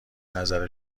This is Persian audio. نظر